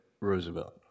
Roosevelt